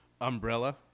umbrella